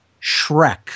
Shrek